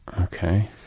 Okay